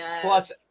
plus